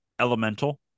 elemental